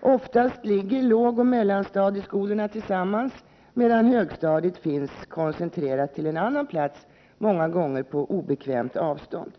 Oftast ligger lågoch mellanstadieskolorna tillsammans, medan högstadiet finns koncentrerat till en annan plats, många gånger på obekvämt avstånd.